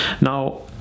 now